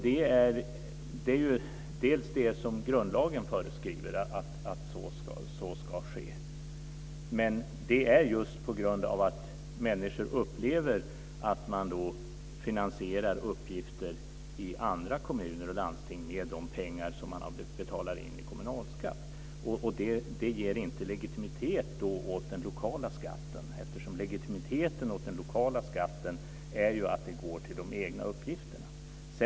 Det är det som grundlagen föreskriver ska ske, men människor upplever att man finansierar uppgifter i andra kommuner och landsting med de pengar som de betalar in i kommunalskatt. Det ger inte legitimitet åt den lokala skatten, eftersom legitimiteten åt den lokala skatten är att den går till de egna uppgifterna.